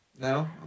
No